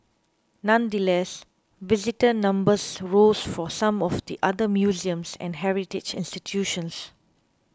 nonetheless visitor numbers rose for some of the other museums and heritage institutions